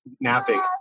napping